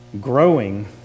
growing